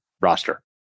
roster